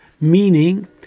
Meaning